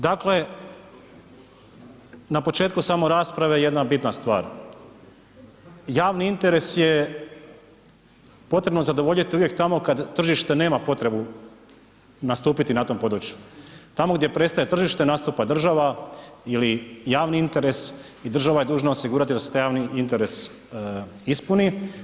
Dakle, na početku same rasprave jedna bitna stvar, javni interes je potrebno zadovoljit uvijek tamo kad tržište nema potrebu nastupiti na tome području, tamo gdje prestaje tržište nastupa država ili javni interes i država je dužna osigurati da se taj javni interes ispuni.